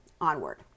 Onward